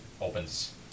opens